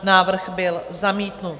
Návrh byl zamítnut.